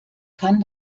kann